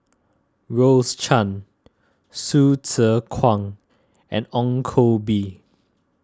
Rose Chan Hsu Tse Kwang and Ong Koh Bee